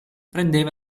prendeva